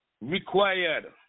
required